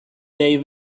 they